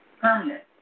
permanent